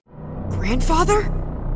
Grandfather